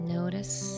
Notice